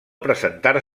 presentar